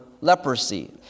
leprosy